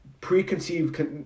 preconceived